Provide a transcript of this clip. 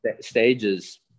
stages